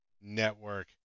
Network